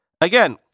Again